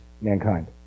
mankind